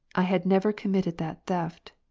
i had never committed that theft,